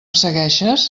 segueixes